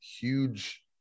huge